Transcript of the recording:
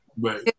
Right